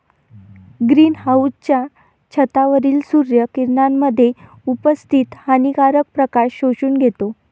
green हाउसच्या छतावरील सूर्य किरणांमध्ये उपस्थित हानिकारक प्रकाश शोषून घेतो